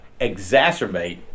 exacerbate